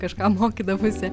kažką mokydavosi